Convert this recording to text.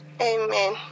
Amen